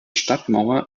stadtmauer